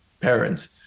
parents